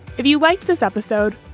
if you liked this episode,